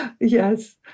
Yes